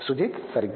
సుజిత్ సరిగ్గా